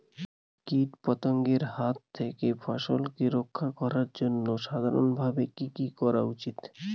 কীটপতঙ্গের হাত থেকে ফসলকে রক্ষা করার জন্য সাধারণভাবে কি কি করা উচিৎ?